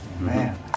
Man